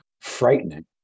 frightening